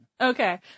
Okay